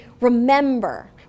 remember